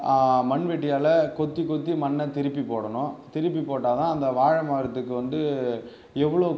மண்வெட்டியால் கொத்தி கொத்தி மண்ணை திருப்பி போடணும் திருப்பி போட்டால் தான் அந்த வாழை மரத்துக்கு வந்து எவ்வளோ